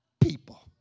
people